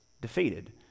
defeated